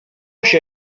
się